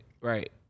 right